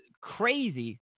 crazy